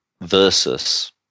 versus